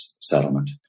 settlement